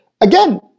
again